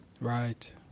Right